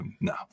No